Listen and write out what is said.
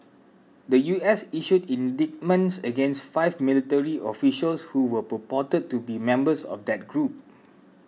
the U S issued indictments against five military officials who were purported to be members of that group